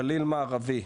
גליל מערבי,